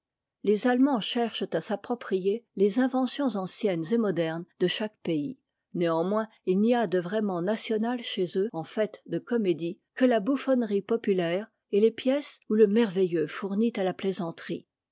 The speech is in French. les allemands cherchent à s'approprier les inventions anciennes et modernes de chaque pays néanmoins il n'y a de vraiment national chez eux en fait de comédie que la bouffonnerie populaire et les pièces où le merveilleux fournit à la plaisanterie